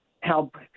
help